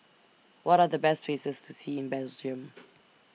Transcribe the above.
What Are The Best Places to See in Belgium